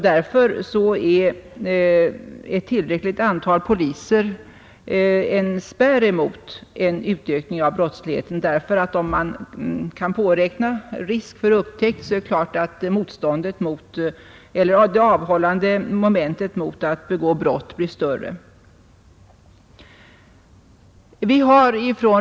Därför är ett tillräckligt antal poliser en spärr emot en utökning av brottsligheten. Om den som tänker begå ett brott kan påräkna risk för upptäkt är det klart att motståndet mot eller det avhållande momentet mot att begå brottet blir större.